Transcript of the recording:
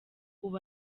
ubu